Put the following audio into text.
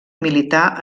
milità